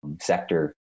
sector